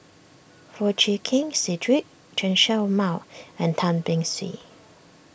Foo Chee Keng Cedric Chen Show Mao and Tan Beng Swee